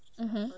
(uh huh)